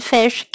Fish